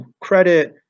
credit